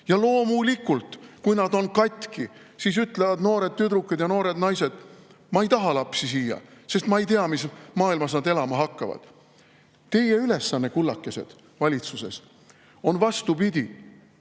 Loomulikult, kui nad on katki, siis ütlevad noored tüdrukud ja noored naised: "Ma ei taha lapsi siia, sest ma ei tea, mis maailmas nad elama hakkavad." Teie ülesanne valitsuses, kullakesed, on, vastupidi,